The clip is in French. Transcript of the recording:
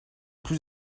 plus